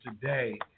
today